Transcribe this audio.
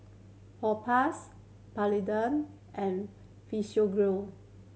Propass Polident and Physiogel